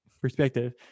perspective